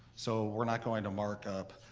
so we're not going to markup.